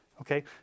okay